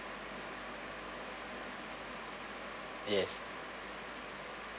yes